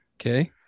Okay